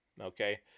Okay